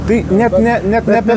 tai net ne ne apie